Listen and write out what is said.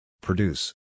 Produce